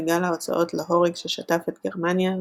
בגל ההוצאות להורג ששטף את גרמניה,